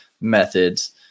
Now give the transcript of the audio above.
methods